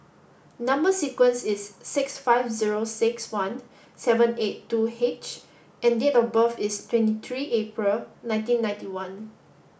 number sequence is six five zero six one seven eight two H and date of birth is twenty three April nineteen ninety one